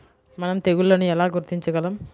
మనం తెగుళ్లను ఎలా గుర్తించగలం?